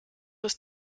ist